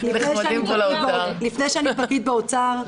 לפני שאני פקיד באוצר,